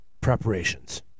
Preparations